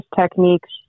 techniques